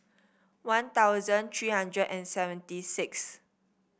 One Thousand three hundred and seventy six